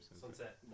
Sunset